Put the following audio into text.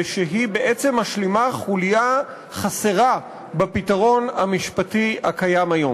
ושהיא בעצם משלימה חוליה חסרה בפתרון המשפטי הקיים היום.